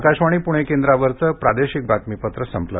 आकाशवाणी पुणे केंद्रावरचं प्रादेशिक बातमीपत्र संपलं